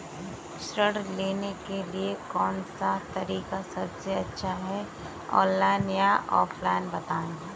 ऋण लेने के लिए कौन सा तरीका सबसे अच्छा है ऑनलाइन या ऑफलाइन बताएँ?